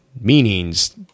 meanings